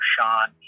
Sean